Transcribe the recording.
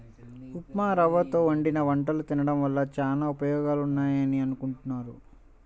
ఉప్మారవ్వతో వండిన వంటలు తినడం వల్ల చానా ఉపయోగాలున్నాయని అనుకుంటున్నారు